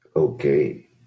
Okay